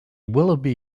willoughby